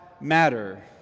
Matter